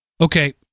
Okay